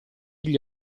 gli